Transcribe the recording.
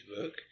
work